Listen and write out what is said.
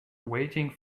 waiting